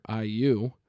IU